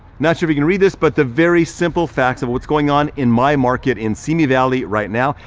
not sure you can read this, but the very simple facts of what's going on in my market in simi valley right now,